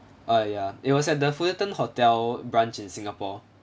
uh ya it was at the fullerton hotel branch in singapore